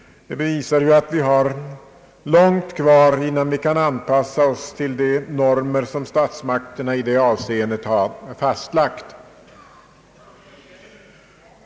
Det bevisar att vi har långt kvar innan vi anpassat oss till de normer som statsmakterna i det avseendet har fastlagt.